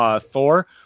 Thor